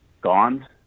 gone